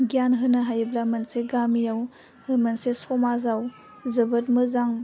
गियान होनो हायोब्ला मोनसे गामियाव मोनसे समाजाव जोबोद मोजां